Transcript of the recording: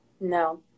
no